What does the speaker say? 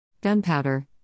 Gunpowder